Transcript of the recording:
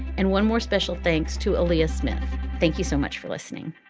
and one more special thanks to elliott smith. thank you so much for listening